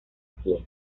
pie